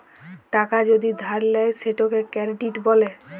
টাকা যদি ধার লেয় সেটকে কেরডিট ব্যলে